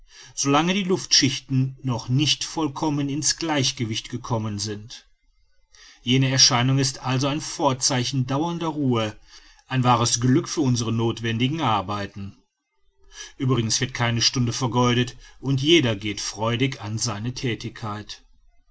lange die luftschichten noch nicht vollkommen in's gleichgewicht gekommen sind jene erscheinung ist also ein vorzeichen dauernder ruhe ein wahres glück für unsere nothwendigen arbeiten uebrigens wird keine stunde vergeudet und jeder geht freudig an seine thätigkeit